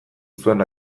zuen